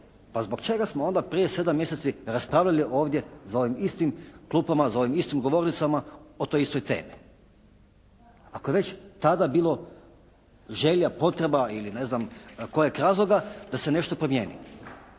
pa zbog čega smo onda prije sedam mjeseci raspravljali ovdje za ovim istim klupama, za ovim istim govornicama o toj istoj temi. Ako je već tada bilo želja, potreba ili ne znam kojeg razloga, da se nešto promijeni.